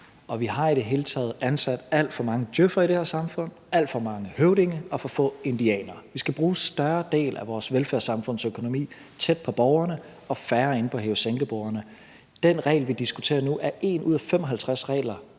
Vi har i det hele taget ansat alt for mange djøf'ere i det her samfund, alt for mange høvdinge og for få indianere. Vi skal bruge en større del af vores velfærdssamfunds økonomi tæt på borgerne og færre inde ved hæve-sænke-bordene. Den regel, vi diskuterer nu, er 1 ud af 55 regler,